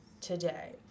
today